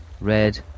red